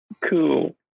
cool